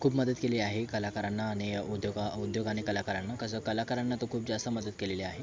खूप मदत केली आहे कलाकारांना आणि उद्योगा उद्योग आणि कलाकारांना कसं कलाकारांना तर खूप जास्त मदत केलेली आहे